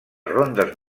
rondes